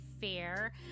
fair